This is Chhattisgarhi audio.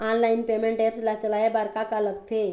ऑनलाइन पेमेंट एप्स ला चलाए बार का का लगथे?